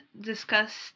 discussed